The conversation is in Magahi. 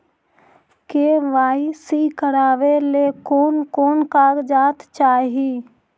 के.वाई.सी करावे ले कोन कोन कागजात चाही?